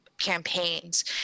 campaigns